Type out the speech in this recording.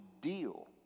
deal